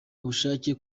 ubushake